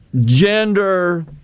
gender